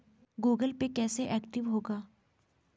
Google Pay कैसे active होगा?